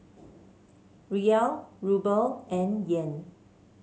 Riel Ruble and Yen